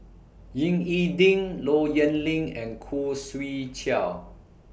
Ying E Ding Low Yen Ling and Khoo Swee Chiow